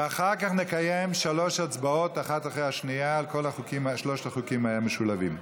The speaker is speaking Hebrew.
ואחר כך נקיים שלוש הצבעות אחת אחרי השנייה על שלושת החוקים המשולבים.